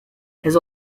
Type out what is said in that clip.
has